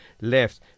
left